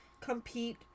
compete